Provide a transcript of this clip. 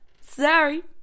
Sorry